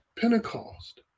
Pentecost